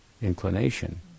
inclination